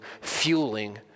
fueling